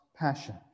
passion